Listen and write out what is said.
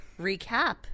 recap